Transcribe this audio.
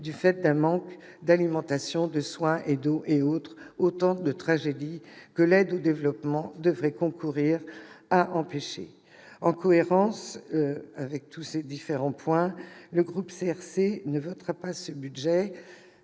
du fait d'un manque d'alimentation, de soins et d'eau. Autant de tragédies que l'aide au développement devrait concourir à empêcher. En cohérence, le groupe CRCE ne votera pas ce budget